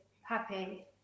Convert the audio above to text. happy